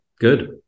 good